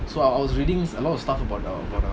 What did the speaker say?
so I I was reading a lot of stuff about uh about um